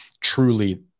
truly